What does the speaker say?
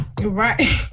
Right